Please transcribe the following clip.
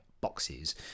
boxes